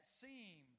seem